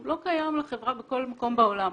הוא לא קיים לחברה בכל מקום בעולם.